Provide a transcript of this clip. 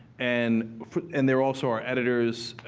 and and they're also our editors.